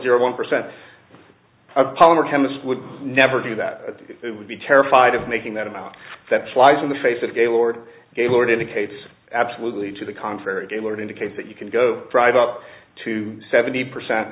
zero one percent polymer chemists would never do that would be terrified of making that amount that flies in the face of gaylord gaillard indicates absolutely to the contrary gaillard indicates that you can go right up to seventy percent